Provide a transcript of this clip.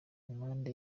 impamba